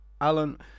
Alan